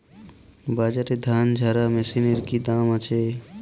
বাজারে ধান ঝারা মেশিনের কি দাম আছে?